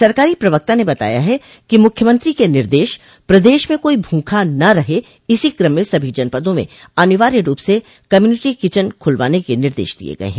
सरकारी प्रवक्ता ने बताया है कि मुख्यमंत्री के निर्देश प्रदश में कोई भूखा न रहे इसी क्रम में सभी जनपदों में अनिवार्य रूप से कम्युनिटी किचन खुलवाने के निर्देश दिये गये हैं